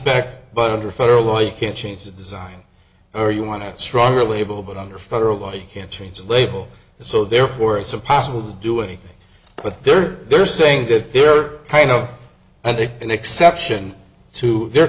defect but under federal law you can't change the design or you want a stronger label but under federal law they can't change the label so therefore it's impossible to do anything but they're they're saying that they're kind of and they an exception to their